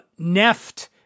Neft